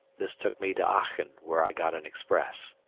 this took me to aachen where i got an express.